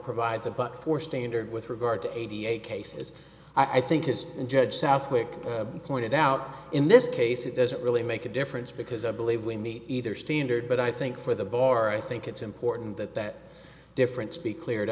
provides a but for standard with regard to eighty eight cases i think is and judge southwick pointed out in this case it doesn't really make a difference because i believe we meet either standard but i think for the bar i think it's important that that different speak leered